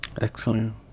Excellent